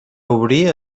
obrir